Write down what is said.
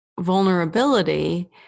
vulnerability